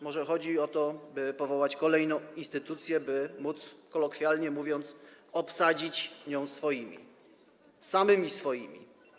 Może chodzi o to, by powołać kolejną instytucję, aby móc, kolokwialnie mówiąc, obsadzić ją swoimi - samymi swoimi.